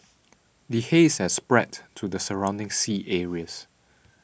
the haze has spread to the surrounding sea areas